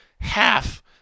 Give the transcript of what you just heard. half